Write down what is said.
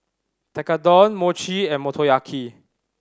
Tekkadon Mochi and Motoyaki